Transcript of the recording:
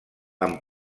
amb